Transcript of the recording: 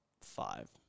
five